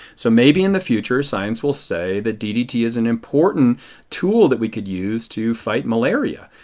so maybe in the future science will say that ddt is an important tool that we could use to fight malaria.